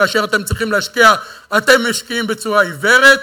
כאשר אתם צריכים להשקיע אתם משקיעים בצורה עיוורת,